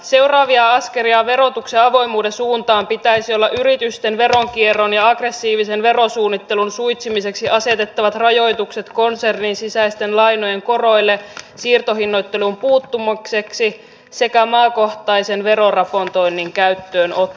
seuraavina askelina verotuksen avoimuuden suuntaan pitäisi olla yritysten veronkierron ja aggressiivisen verosuunnittelun suitsimiseksi asetettavat rajoitukset konsernin sisäisten lainojen koroille siirtohinnoitteluun puuttumiseksi sekä maakohtaisen veroraportoinnin käyttöönotto